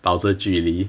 保持距离